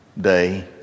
Day